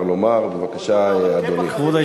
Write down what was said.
לשסות בכל דבר.